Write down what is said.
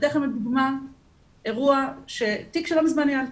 אתן לכם לדוגמה תיק שלא מזמן ניהלתי.